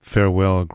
Farewell